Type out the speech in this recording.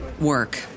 work